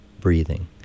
breathing